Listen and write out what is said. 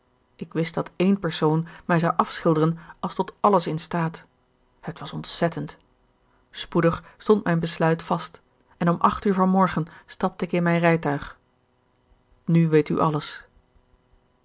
ik wist dat één persoon mij zou afschilderen als tot alles in staat het was ontzettend spoedig stond mijn besluit vast en om acht uur van morgen stapte ik in mijn rijtuig nu weet u alles